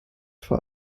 vor